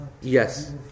Yes